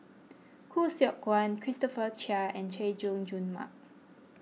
Khoo Seok Wan Christopher Chia and Chay Jung Jun Mark